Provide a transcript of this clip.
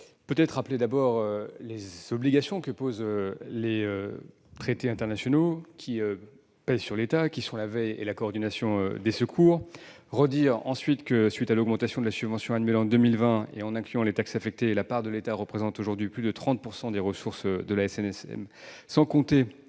je rappelle d'abord les obligations issues des traités internationaux qui pèsent sur l'État en matière de veille et à de coordination des secours. J'ajoute qu'à la suite de l'augmentation de la subvention annuelle en 2020 et en incluant les taxes affectées la part de l'État représente aujourd'hui plus de 30 % des ressources de la SNSM, sans compter